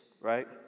right